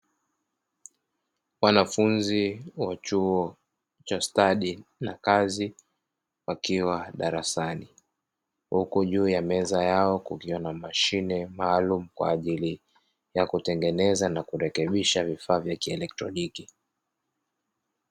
Wanafunzi wa chuo cha stadi na kazi wakiwa darasani, huku juu ya meza yao kukiwa na mashine maalumu kwa ajili ya kutengeneza na kurekebisha vifaa vya kielektroniki.